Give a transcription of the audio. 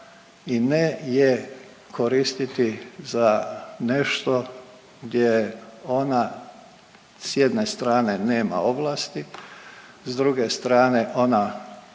i ne je koristiti za nešto gdje ona s jedne strane nema ovlasti, s druge strane ona,